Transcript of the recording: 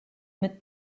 mit